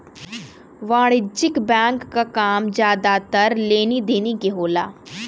वाणिज्यिक बैंक क काम जादातर लेनी देनी के होला